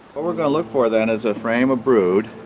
what we're going to look for then is a frame of brood